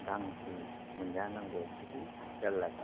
गांसो मोनजानांगौ बुहुथ जारला जाबाय